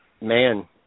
man